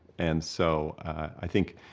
and so, i think.